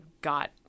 got